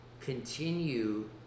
continue